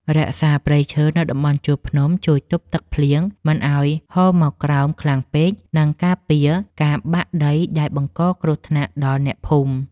រក្សាព្រៃឈើនៅតំបន់ជួរភ្នំជួយទប់ទឹកភ្លៀងមិនឱ្យហូរមកក្រោមខ្លាំងពេក និង ការពារការបាក់ដីដែលបង្កគ្រោះថ្នាក់ដល់អ្នកភូមិ។